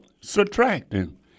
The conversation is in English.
subtracting